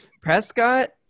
Prescott